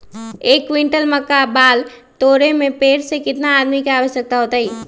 एक क्विंटल मक्का बाल तोरे में पेड़ से केतना आदमी के आवश्कता होई?